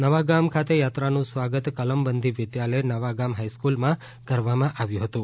નવાગામ ખાતે યાત્રાનું સ્વાગત કલમબંધી વિદ્યાલય નવાગામ હાઈસ્કુલમાં કરવામાં આવ્યુ હતું